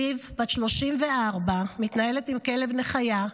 זיו, בת 34, מתנהלת עם כלב נחייה,